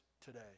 today